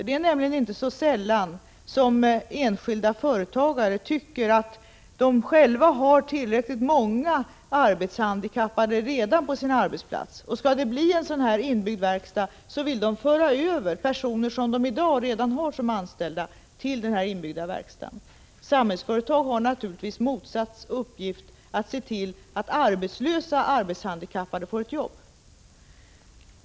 Det är nämligen inte så sällan enskilda företagare tycker att de redan har tillräckligt många arbetshandikappade på sin arbetsplats, och om det blir en inbyggd verkstad vill de föra över personer som redan är anställda till den inbyggda verkstaden. Samhällsföretag har naturligtvis motsatt uppgift, nämligen att se till att arbetslösa arbetshandikappade får ett arbete.